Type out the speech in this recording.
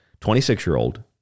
26-year-old